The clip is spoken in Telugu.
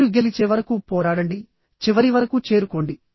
మీరు గెలిచే వరకు పోరాడండి చివరి వరకు చేరుకోండి